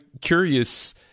curious